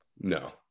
No